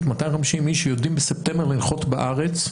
עם 250 איש שיודעים בספטמבר לנחות בארץ.